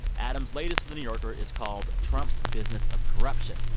adam's latest for the new yorker is called trump's business of corruption.